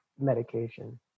medication